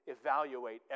evaluate